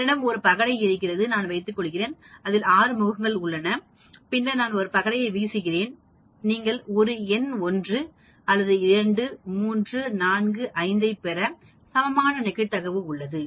என்னிடம் ஒரு பகடை இருக்கிறது என்று வைத்துக்கொள்வோம்இது 6 முகங்களைக் கொண்டுள்ளது பின்னர் நான் ஒரு பகடை வீசுகிறேன் நீங்கள் ஒரு எண் 1 அல்லது 2 அல்லது 3 அல்லது 4 அல்லது 5 அல்லது 6 ஐப் பெற சமமான நிகழ்தகவு உள்ளது